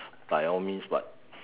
by all means but